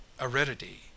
aridity